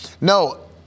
No